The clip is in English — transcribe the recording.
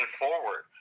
forward